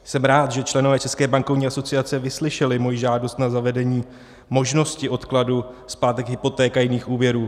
Jsem rád, že členové České bankovní asociace vyslyšeli moji žádost na zavedení možnosti odkladu splátek hypoték a jiných úvěrů.